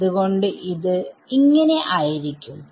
അത്കൊണ്ട് ഇത് ആയിരിക്കും